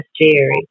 Jerry